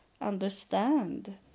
understand